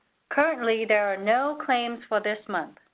currently, there are no claims for this month,